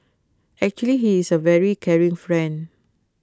actually he is A very caring friend